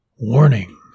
Warning